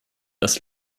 das